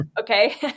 Okay